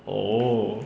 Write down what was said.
oh